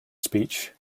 speech